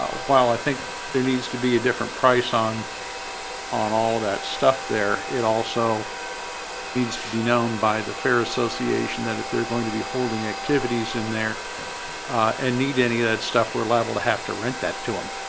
ah while i think there needs to be a different price on on all that stuff there it also needs to be known by the fair association that if they're going to be holding activities in there and need any of that stuff. we're liable to have to rent that to um